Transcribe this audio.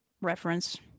reference